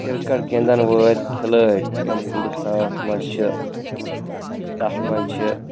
cricket گِنٛدن وٲلۍ کھِلٲڑۍ یم ہنٛدوستانس منٛز چھِ تَتھ منٛز چھِ